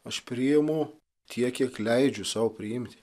aš priimu tiek kiek leidžiu sau priimti